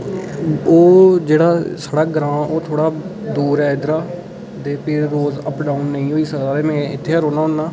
ओह् जेह्ड़ा साढ़ा ग्रांऽ ओह् थोह्ड़ा दूर ऐ इद्धरा ते रोज अप डाऊन नेईं होई सकदा ते में इत्थै गै रौह्न्ना होन्ना